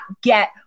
get